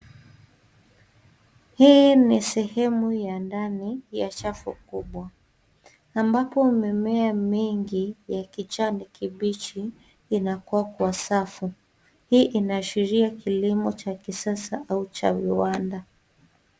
Hii ni sehemu ya ndani ya shafu kubwa ambapo mimea mingi ya kijani kibichi inakuwa kwa safu. Hii inaashiria kilimo cha kisasa au cha viwanda.